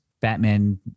Batman